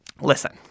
Listen